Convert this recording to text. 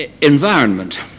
environment